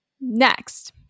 Next